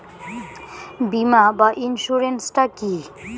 বিমা বা ইন্সুরেন্স টা কি?